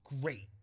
great